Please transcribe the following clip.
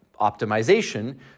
optimization